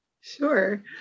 Sure